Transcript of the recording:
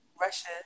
Russia